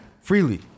freely